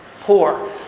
poor